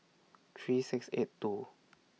three six eight two